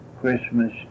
Christmas